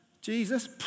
Jesus